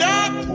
up